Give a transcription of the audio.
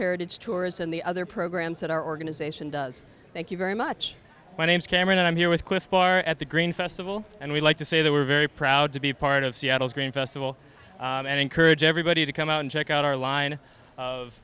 heritage tours and the other programs that our organization does thank you very much my name's cameron and i'm here with clif bar at the green festival and we like to say that we're very proud to be part of seattle's green festival and encourage everybody to come out and check out our line of